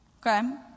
Okay